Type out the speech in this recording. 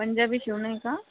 पंजाबी शिवणं आहे का